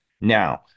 Now